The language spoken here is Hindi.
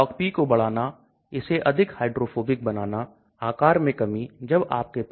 CH3 CH2 CH2 Ch2 बेशक इसको कुछ ऑक्सीजन मिला है लेकिन मुख्य रूप से बहुत सारे हाइड्रोफोबिक समूह हैं तो बे क्या करते हैं